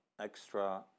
extra